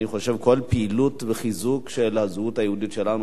אני חושב שכל פעילות וחיזוק של הזהות היהודית שלנו,